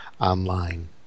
online